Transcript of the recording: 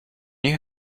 you